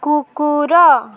କୁକୁର